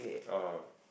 oh